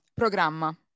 Programma